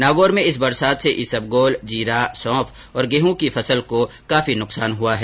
नागौर में इस बरसात से ईसबगोल जीरा सौंफ और गेहूं की फसल को काफी नुकसान हुआ है